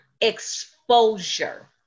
exposure